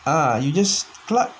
ah you just plug